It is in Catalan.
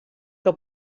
que